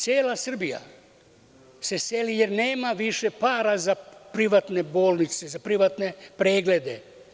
Cela Srbija se seli jer nema više para za privatne bolnice, za privatne preglede.